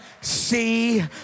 see